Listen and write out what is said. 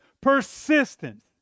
persistence